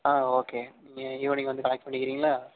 ஆ okay நீங்கள் evening வந்து collect பண்ணிக்கிறிங்களா